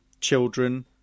children